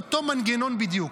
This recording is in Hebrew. אותו מנגנון בדיוק.